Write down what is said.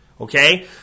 Okay